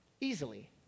Easily